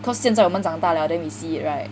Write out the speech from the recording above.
cause 现在我们长大了 then we see it right